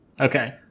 Okay